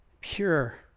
pure